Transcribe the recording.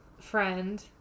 friend